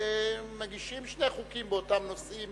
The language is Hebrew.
מוגשים שני חוקים באותם נושאים